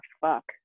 fuck